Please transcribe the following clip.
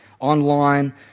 online